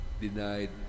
denied